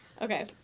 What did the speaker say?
Okay